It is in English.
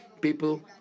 people